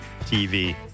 TV